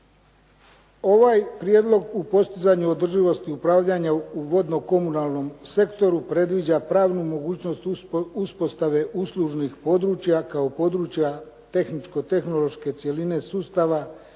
Ovaj prijedlog u postizanju održivosti upravljanja u vodno-komunalnom sektoru predviđa pravnu mogućnost uspostave uslužnih područja kao područja tehničko-tehnološke cjeline sustava i